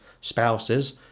spouses